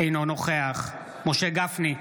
אינו נוכח משה גפני,